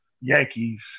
Yankees